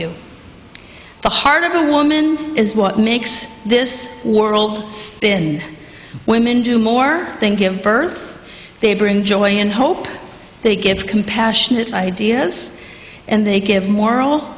you the heart of the woman is what makes this world spin women do more than give birth they bring joy and hope they give compassionate ideas and they give moral